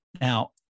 Now